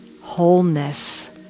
wholeness